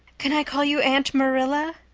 can i call you aunt marilla?